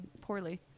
poorly